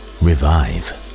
revive